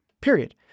period